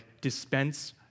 dispense